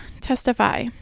testify